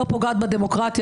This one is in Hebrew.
לא פוגעת בדמוקרטיה.